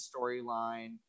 storyline